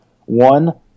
one